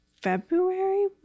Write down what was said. February